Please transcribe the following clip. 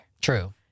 True